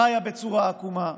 חיה בצורה עקומה,